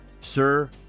Sir